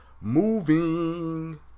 moving